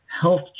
health